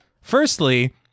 Firstly